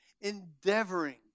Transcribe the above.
endeavoring